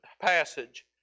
passage